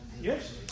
Yes